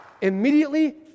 Immediately